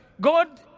God